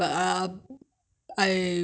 可以啊没有问题 right 都可以 right